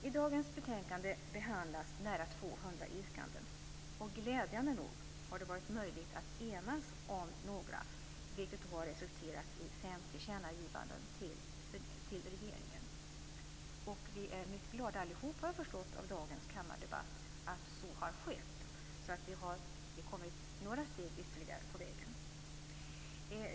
I dagens betänkande behandlas nära 200 yrkanden. Glädjande nog har det varit möjligt att enas om några, vilket har resulterat i fem tillkännagivanden till regeringen. Vi är alla, såvitt jag har förstått, mycket glada i dagens kammardebatt att så har skett, att vi har kommit några steg ytterligare på vägen.